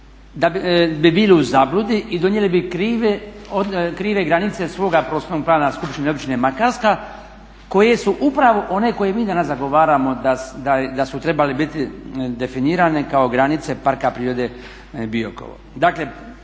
da bi bili u zabludi i donijeli bi krive granice svoga prostornog plana skupštine, općine Makarska koje su upravo one koje ima danas zagovaramo da su trebale biti definirane kao granice parka prirode Biokovo.